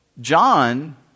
John